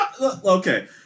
Okay